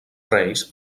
reis